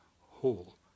whole